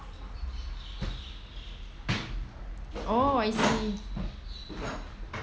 oh I see